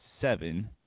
seven